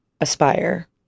aspire